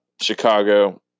Chicago